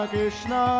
Krishna